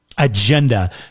agenda